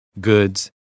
goods